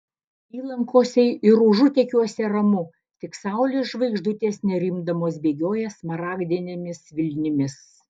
įlankose ir užutekiuose ramu tik saulės žvaigždutės nerimdamos bėgioja smaragdinėmis vilnimis